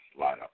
Lineup